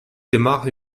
démarre